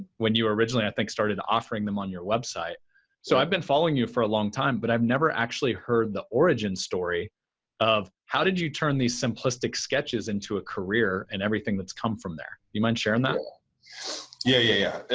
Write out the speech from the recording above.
when you originally i think started offering them on your website so i've been following you for a long time, but i've never actually heard the origin story of how did you turn these simplistic sketches into a career and everything that's come from there. do you mind sharing that? carl yeah yeah.